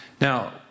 Now